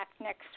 next